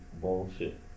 bullshit